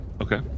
Okay